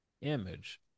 image